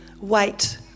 wait